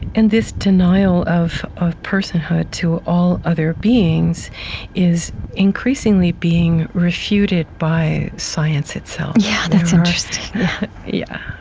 and this denial of of personhood to all other beings is increasingly being refuted by science itself yeah that's interesting yeah.